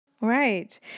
Right